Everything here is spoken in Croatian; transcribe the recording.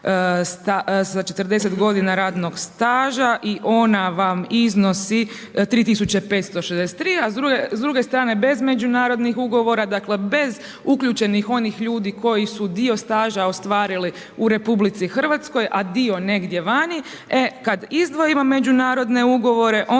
sa 40 godina radnog staža i ona vam iznosi 3563, a s druge strane bez međunarodnih ugovora dakle, bez uključenih onih ljudi koji su dio staža ostvarili u RH, a dio negdje vani, e kad izdvojimo međunarodne ugovore,